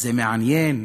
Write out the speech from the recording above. זה מעניין.